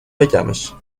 بگمش